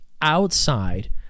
outside